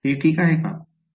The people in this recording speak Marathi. ते ठीक आहे का